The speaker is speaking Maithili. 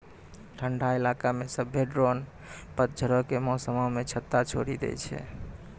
ठंडा इलाका मे सभ्भे ड्रोन पतझड़ो के मौसमो मे छत्ता छोड़ि दै छै